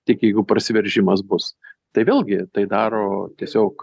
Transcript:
tik jeigu prasiveržimas bus tai vėlgi tai daro tiesiog